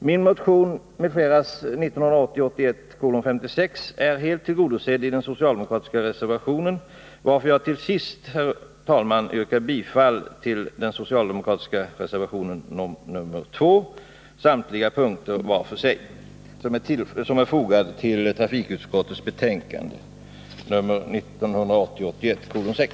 Min och några andras motion 1980 81:6.